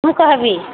ମୁଁ କହିବି